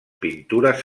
pintures